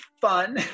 fun